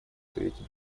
совете